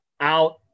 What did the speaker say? out